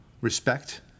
respect